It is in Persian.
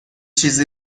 چیزی